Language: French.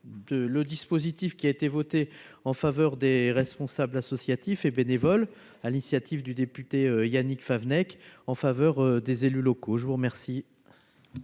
le dispositif qui a été voté en faveur des responsables associatifs et bénévole à l'initiative du député Yannick Favennec en faveur des élus locaux, je vous remercie.